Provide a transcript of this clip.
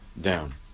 down